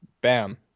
bam